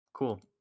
Cool